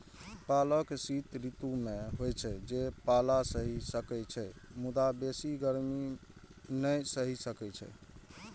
पालक शीत ऋतु मे होइ छै, जे पाला सहि सकै छै, मुदा बेसी गर्मी नै सहि सकै छै